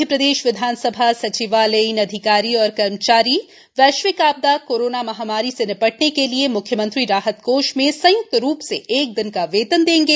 मध्यप्रदेश विधानसभा सचिवालयीन अधिकारी एवं कर्मचारी वैश्विक आपदा कोरोना महामारी से निपटने के लिए म्ख्यमंत्री राहत कोष में संय्क्त रूप से एक दिन का वेतन देंगे